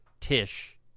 Tish